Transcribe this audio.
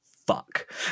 Fuck